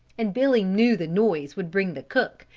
and billy knew the noise would bring the cook,